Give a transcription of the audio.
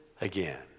again